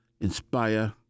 inspire